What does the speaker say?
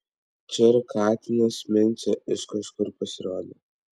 čia ir katinas mincė iš kažkur pasirodė